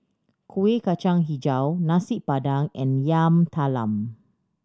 Kueh Kacang Hijau Nasi Padang and Yam Talam